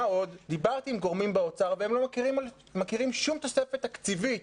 מה עוד שדיברתי עם גורמים באוצר והם לא מכירים שום תוספת תקציבית